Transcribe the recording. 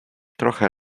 trochę